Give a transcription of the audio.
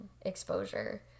exposure